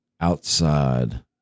outside